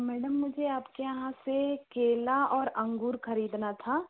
madam मुझे आपके यहाँ से केला और अंगूर ख़रीदना था